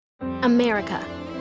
America